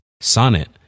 Sonnet